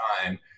time